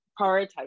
prioritize